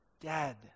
dead